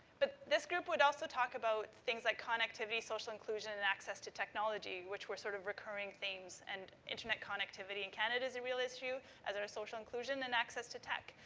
but this group would also talk about things like connectivity, social inclusion, and access to technology, which were, sort of, recurring themes. and internet connectivity in canada is a real issue as is social inclusion and access to tech.